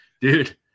dude